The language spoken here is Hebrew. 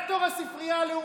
רקטור הספרייה הלאומית,